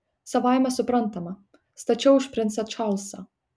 savaime suprantama stačiau už princą čarlzą